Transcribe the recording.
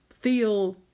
feel